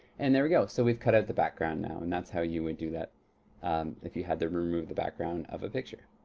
and there we go, so we've cut out the background now. and that's how you would do that um if you had to remove the background of a picture.